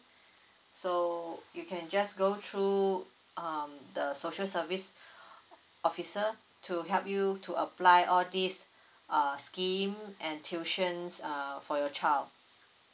so you can just go through um the social service officer to help you to apply all these err scheme and tuitions err for your child